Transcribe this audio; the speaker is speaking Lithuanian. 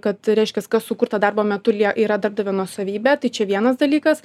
kad reiškias kas sukurta darbo metu lie yra darbdavio nuosavybė tai čia vienas dalykas